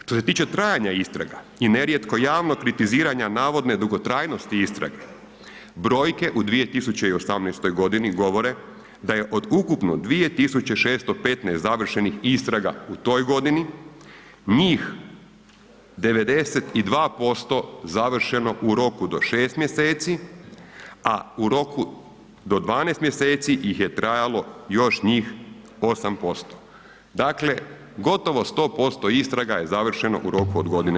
Što se tiče trajanja istraga i nerijetko javnog kritiziranja navodne dugotrajnosti istrage brojke u 2018.g. govore da je od ukupno 2615 završenih istraga u toj godini, njih 92% završeno u roku do 6. mjeseci, a u roku do 12. mjeseci ih je trajalo još njih 8%, dakle gotovo 100% istraga je završeno u roku od godine